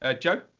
Joe